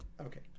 Okay